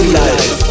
life